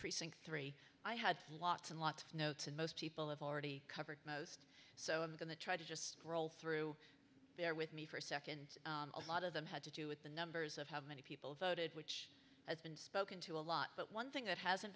precinct three i had lots and lots of notes and most people have already covered most so i'm going to try to just roll through there with me for a second a lot of them had to do with the numbers of how many people voted which has been spoken to a lot but one thing that hasn't